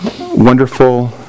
wonderful